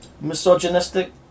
misogynistic